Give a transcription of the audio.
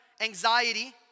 anxiety